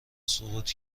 سقوط